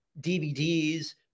DVDs